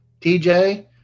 TJ